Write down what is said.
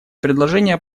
предложение